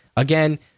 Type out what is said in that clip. Again